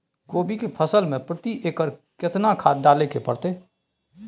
कोबी के फसल मे प्रति एकर केतना खाद डालय के परतय?